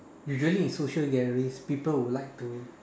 usually in social gatherings people would like to